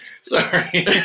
sorry